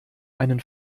einen